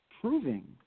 proving